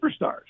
superstars